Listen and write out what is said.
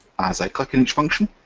as i click on each function,